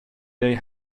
dig